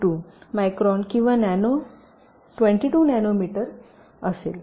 222 micron किंवा २२ nanometre असेल